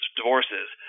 divorces